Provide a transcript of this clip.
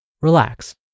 relax